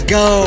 go